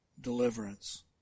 deliverance